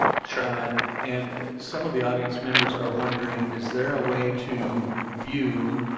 sure. and and some of the audience members are wondering, is there a way to view